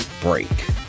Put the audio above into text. break